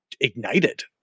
ignited